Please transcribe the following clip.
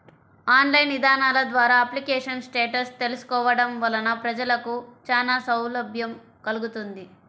online ఇదానాల ద్వారా application status తెలుసుకోవడం వలన ప్రజలకు చానా సౌలభ్యం కల్గుతుంది